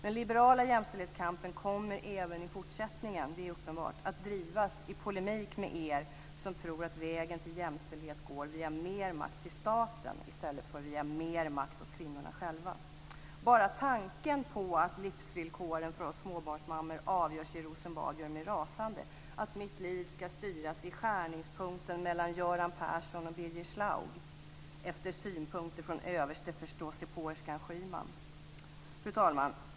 Den liberala jämställdhetskampen kommer även i fortsättningen, det är uppenbart, att drivas i polemik med er som tror att vägen till jämställdhet går via mer makt till staten i stället för via mer makt åt kvinnorna själva. Bara tanken på att livsvillkoren för oss småbarnsmammor avgörs i Rosenbad gör mig rasande, att mitt liv ska styras i skärningspunkten mellan Göran Fru talman!